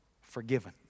forgiven